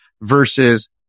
versus